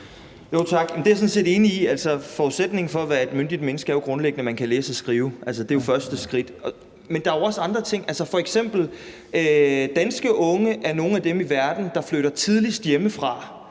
Tak. Det er jeg sådan set enig i. Altså, forudsætningen for at være et myndigt menneske er jo grundlæggende, at man kan læse og skrive – det er jo første skridt. Men der er også andre ting. Altså, f.eks. er danske unge nogle af dem i verden, der flytter tidligst hjemmefra.